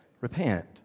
Repent